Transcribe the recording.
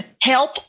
help